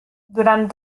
durant